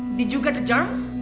did you get germs?